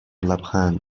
لبخند